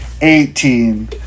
eighteen